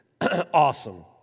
awesome